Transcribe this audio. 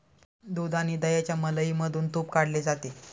दूध आणि दह्याच्या मलईमधून तुप काढले जाते